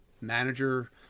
manager